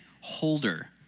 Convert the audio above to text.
holder